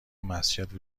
مسجد